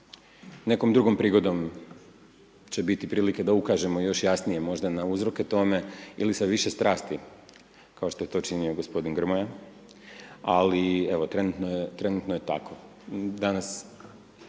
nekom drugom prigodom će biti prilike da ukažemo još jasnije možda na uzroke tome ili sa više strasti kao što je to činio g. Grmoja, ali evo trenutno je tako.